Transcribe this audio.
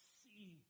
see